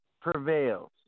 prevails